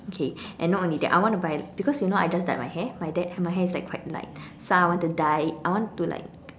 okay and not only that I want to buy because you know I just dyed my hair and my hair is like quite light so I want to dye I want to like